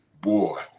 boy